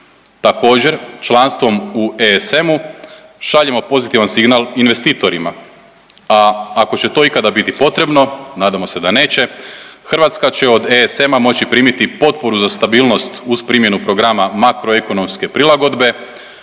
Također, članstvom u ESM-u šaljemo pozitivan signal investitorima, a ako će to ikada biti potrebno, nadamo se da neće, Hrvatska će od ESM-a moći primiti potporu za stabilnost uz primjenu programa makroekonomske prilagodbe,